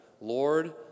Lord